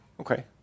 Okay